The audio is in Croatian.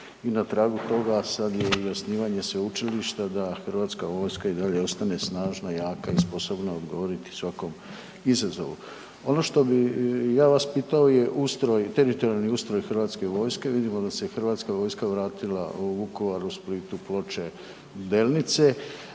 i na tragu toga sada je i osnivanje Sveučilišta da Hrvatska vojska i dalje ostane snažna, jaka i sposobna odgovoriti svakom izazovu. Ono što bi ja vas pitao je ustroj, teritorijalni ustroj Hrvatske vojske. Vidimo da se Hrvatska vojska vratila u Vukovar, u Split, u Ploče, Delnice